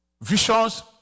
visions